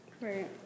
Right